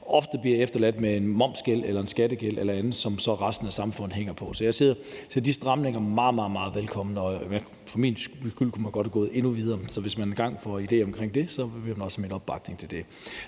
ofte bliver efterladt med en momsgæld, skattegæld eller andet, som resten af samfundet så hænger på. Så jeg hilser de stramninger meget, meget velkommen, og for min skyld kunne man godt være gået endnu videre, så hvis man engang får den idé at gøre det, vil man også have min opbakning til det.